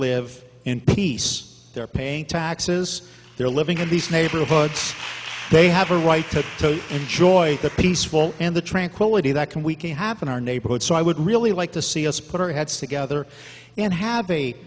live in peace they're paying taxes they're living in these neighborhoods they have a right to enjoy the peaceful and the tranquility that can we can have in our neighborhood so i would really like to see us put our heads together and have a